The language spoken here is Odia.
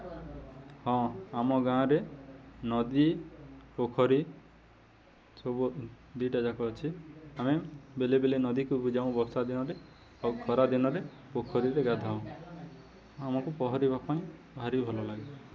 ହଁ ଆମ ଗାଁରେ ନଦୀ ପୋଖରୀ ସବୁ ଦୁଇଟା ଯାକ ଅଛି ଆମେ ବେଳେ ବେଳେ ନଦୀକୁ ଯାଉ ବର୍ଷା ଦିନରେ ଆଉ ଖରା ଦିନରେ ପୋଖରୀରେ ଗାଧଉ ଆମକୁ ପହଁରିବା ପାଇଁ ଭାରି ଭଲ ଲାଗେ